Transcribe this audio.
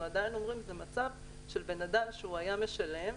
זה מצב של בן אדם שהיה משלם,